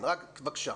בבקשה.